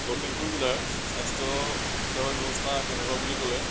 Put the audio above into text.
লখিমপুৰ জিলাৰ স্বাস্থ্য সেৱা ব্যৱস্থা কেনেকুৱা বুলি ক'লে